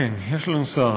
הכנסת,